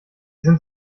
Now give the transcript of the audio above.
sind